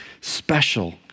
special